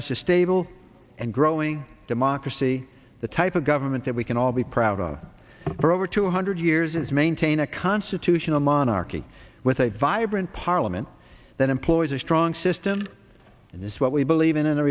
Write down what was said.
d a stable and growing democracy the type of government that we can all be proud of for over two hundred years and maintain a constitutional monarchy with a vibrant parliament that employs a strong system in this what we believe in in